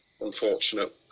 unfortunate